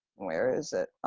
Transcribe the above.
where is it?